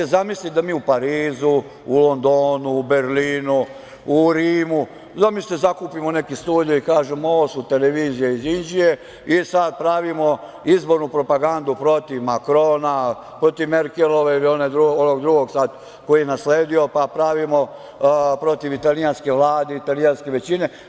Zamislite da mi u Parizu, u Londonu, u Berlinu, u Rimu zakupimo neki studio i kažemo – ovo su televizije iz Inđije i sad pravimo izbornu propagandu protiv Makrona, protiv Merkelove ili onog drugog sad koji ju je nasledio, pa pravimo protiv italijanske Vlade, italijanske većine.